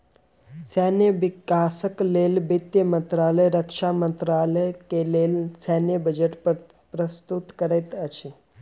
सैन्य विकासक लेल वित्त मंत्रालय रक्षा मंत्रालय के लेल सैन्य बजट प्रस्तुत करैत अछि